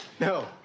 No